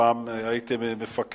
פעם הייתי מפקד,